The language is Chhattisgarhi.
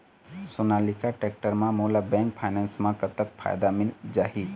सोनालिका टेक्टर म मोला बैंक फाइनेंस म कतक फायदा मिल जाही?